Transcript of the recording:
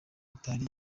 itari